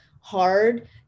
hard